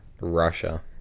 Russia